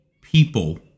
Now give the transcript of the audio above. people